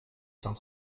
cent